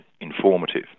informative